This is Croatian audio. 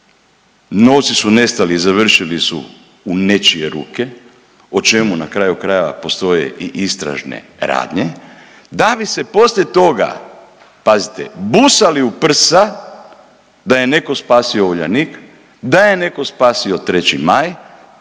Novci su nestali, završili su u nečije ruke, o čemu na kraju krajeva postoje i istražne radnje, da bi se poslije toga, pazite, busali u prsa da je neko spasio Uljanik, da je neko spasio 3. Maj,